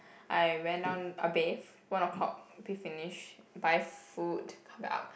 I went on I bathe one o-clock a bit finish buy food come back up